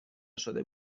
شده